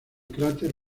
cráter